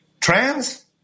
trans